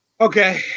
Okay